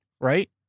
right